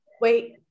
Wait